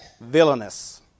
villainous